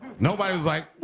nobody was like,